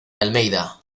almeida